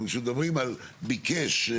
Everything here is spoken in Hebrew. כשמדברים על "ביקש",